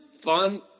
fun